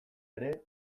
ere